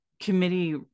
committee